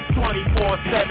24-7